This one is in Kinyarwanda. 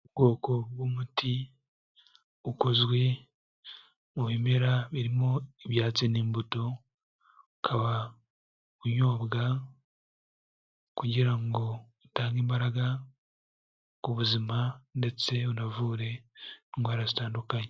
Ubwoko bw'umuti ukozwe mu bimera birimo ibyatsi n'imbuto, ukaba unyobwa kugira ngo utange imbaraga ku buzima ndetse unavure indwara zitandukanye.